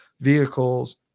vehicles